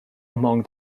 among